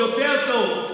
יותר טוב.